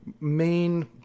main